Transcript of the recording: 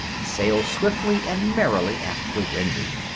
sailed swiftly and merrily after wendy.